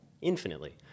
infinitely